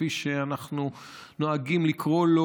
כפי שאנחנו נוהגים לקרוא לו,